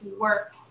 work